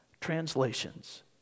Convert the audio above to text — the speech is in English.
translations